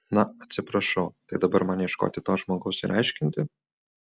na atsiprašau tai dabar man ieškoti to žmogaus ir aiškinti